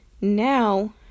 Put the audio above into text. Now